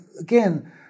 again